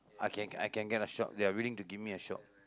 I can I can get a shop they are willing to give me a shop